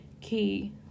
key